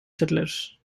settlers